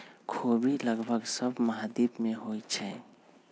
ख़ोबि लगभग सभ महाद्वीप में होइ छइ